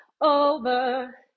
over